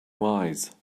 wise